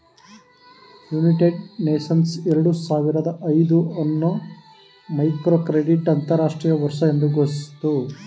United Nations ಎರಡು ಸಾವಿರದ ಐದು ಅನ್ನು ಮೈಕ್ರೋಕ್ರೆಡಿಟ್ ಅಂತರಾಷ್ಟ್ರೀಯ ವರ್ಷ ಎಂದು ಘೋಷಿಸಿತು